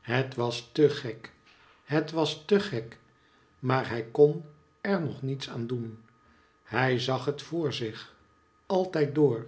het was te gek het was te gek maar hij kon er nog niets aan doen hij zag het voor zich altijd door